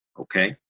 okay